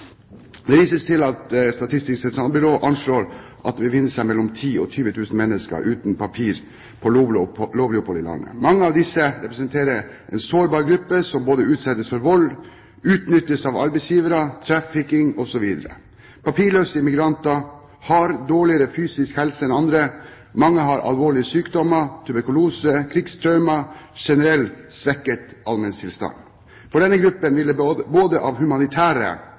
Det vises til at Statistisk sentralbyrå anslår at det befinner seg mellom 10 000 og 20 000 mennesker uten papir for lovlig opphold i landet. Mange av disse representerer en sårbar gruppe som utsettes for vold, utnyttes av arbeidsgivere, trafficking osv. Papirløse migranter har dårligere fysisk helse enn andre. Mange har alvorlige sykdommer, tuberkulose, krigstraumer og generell svekket allmenntilstand. For denne gruppen vil det både av humanitære